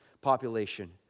population